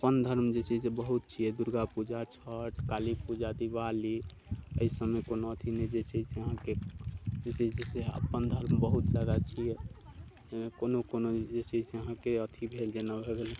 अपन धर्म जे छै से बहुत छियै दुर्गा पूजा छठि काली पूजा दिवाली एहि सभमे कोनो अथि नहि जे छै से अहाँकेँ जे छै से अपन धर्म बहुत जादा छियै कोनो कोनो जे छै से अहाँकेँ अथि भेल जेना भऽ गेल